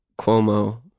Cuomo